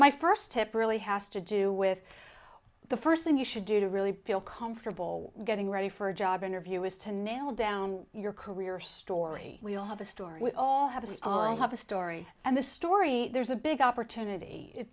my first tip really has to do with the first thing you should do to really feel comfortable getting ready for a job interview is to nail down your career story we all have a story we all have a story and the story there's a big opportunity i